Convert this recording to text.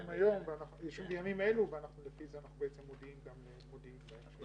על זה ממש בימים אלה ולפי זה אנחנו בעצם גם מודיעים על זה.